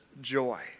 joy